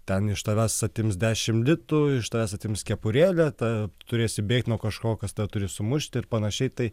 ten iš tavęs atims dešimt litų iš tavęs atims kepurėlę ta turėsi bėgti nuo kažko kas tave turi sumušti ir panašiai tai